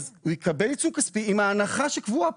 אז הוא יקבל עיצום כספי עם ההנחה שקבועה